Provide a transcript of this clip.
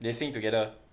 they sing together